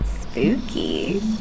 spooky